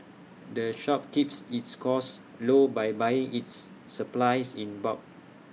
the shop keeps its costs low by buying its supplies in bulk